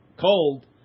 cold